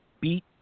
beat